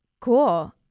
Cool